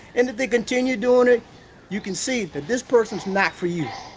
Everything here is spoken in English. and they continue doing it you can see that this person is not for you.